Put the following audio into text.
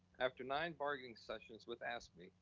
after nine bargaining sessions with afscme,